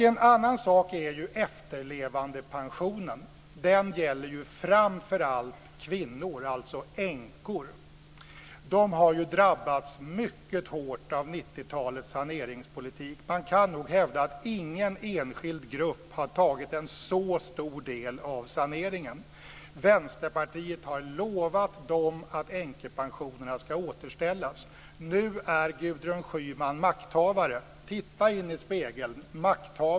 En annan sak är efterlevandepensionen. Den gäller framför allt kvinnor, änkor. De har drabbats mycket hårt av 90-talets saneringspolitik. Man kan nog hävda att ingen enskild grupp har tagit en så stor del av saneringen. Vänsterpartiet har lovat dem att änkepensionerna ska återställas. Nu är Gudrun Schyman makthavare - titta in i spegeln!